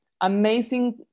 amazing